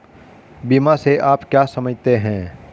बीमा से आप क्या समझते हैं?